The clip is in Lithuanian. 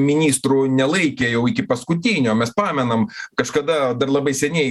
ministrų nelaikė jau iki paskutinio mes pamenam kažkada dar labai seniai